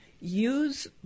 use